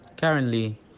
Currently